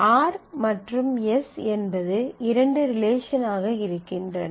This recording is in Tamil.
r மற்றும் s என்பது இரண்டு ரிலேஷன் ஆக இருக்கின்றன